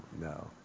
no